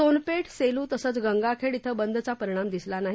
सोनपेठ सेलू तसंच गंगाखेड इथं बंदचा परिणाम दिसलानाही